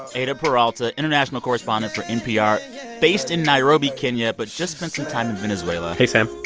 eyder peralta, international correspondent for npr based in nairobi, kenya, but just spent some time in venezuela. hey, sam.